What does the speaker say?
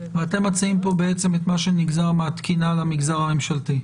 ואתם מציעים כאן את מה שנגזר מהתקינה למגזר הממשלתי.